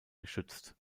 geschützt